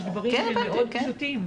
יש דברים שהם מאוד פשוטים.